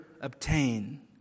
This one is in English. obtain